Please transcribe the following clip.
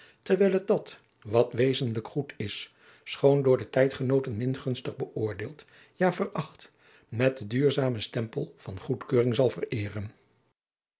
terwijl het dat wat wezenlijk goed is schoon door de tijdgenooten min gunstig beadriaan loosjes pzn het leven van maurits lijnslager oordeeld ja veracht met den duurzamen stempel van goedkeuring zal vereeren